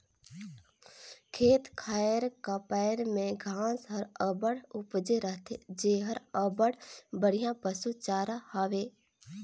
खेत खाएर का पाएर में घांस हर अब्बड़ उपजे रहथे जेहर अब्बड़ बड़िहा पसु चारा हवे